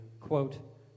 quote